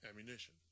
ammunition